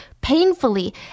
painfully